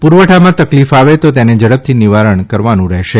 પુરવઠામા તકલીફ આવે તો તેની ઝડ થી નિવારણ કરવાનું રહેશે